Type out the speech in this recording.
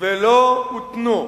ולא הותנו,